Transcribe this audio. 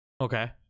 Okay